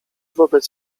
wobec